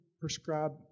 prescribe